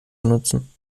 benutzen